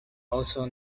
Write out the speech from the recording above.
also